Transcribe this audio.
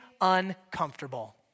uncomfortable